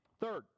third